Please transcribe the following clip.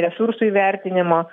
resursų įvertinimo